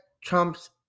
Trump's